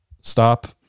stop